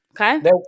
okay